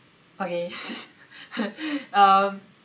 okay um